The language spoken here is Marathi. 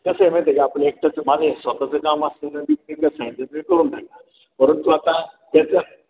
कसंय माहिती आहे का आपण एकटाचं माणूस स्वतःचं काम असताना बी सही करून टाकेल परंतु आता त्याच्या